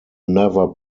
never